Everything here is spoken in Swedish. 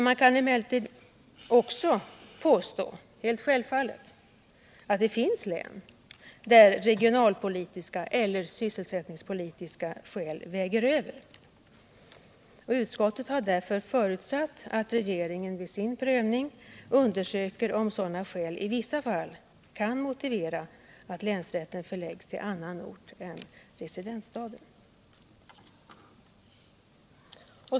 Man kan emellertid självfallet påstå att det också finns län där regionalpolitiska eller sysselsättningspolitiska skäl väger över. Utskottet har därför förutsatt att regeringen vid sin prövning undersöker om sådana skäl i vissa fall kan motivera att länsrätten förläggs till annan ort än residensstaden.